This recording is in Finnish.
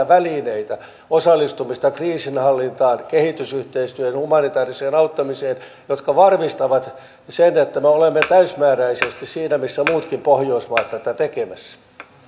välineitä osallistumista kriisinhallintaan kehitysyhteistyöhön humanitääriseen auttamiseen jotka varmistavat sen että me olemme täysimääräisesti siinä missä muutkin pohjoismaat tätä tekemässä